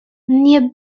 nie